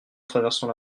traversant